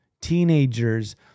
teenagers